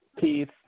Keith